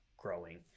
growing